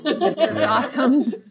Awesome